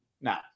Now